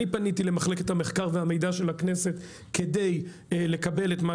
אני פניתי למחלקת המחקר והמידע של הכנסת כדי לקבל את מה